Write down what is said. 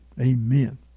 Amen